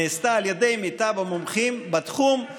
היא נעשתה על ידי מיטב המומחים בתחום,